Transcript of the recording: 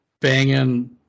banging